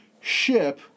ship